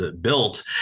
built